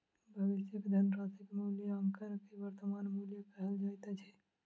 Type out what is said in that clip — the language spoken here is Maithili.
भविष्यक धनराशिक मूल्याङकन के वर्त्तमान मूल्य कहल जाइत अछि